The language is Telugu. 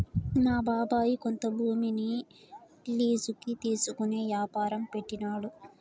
మా బాబాయ్ కొంత భూమిని లీజుకి తీసుకునే యాపారం పెట్టినాడు